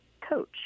coach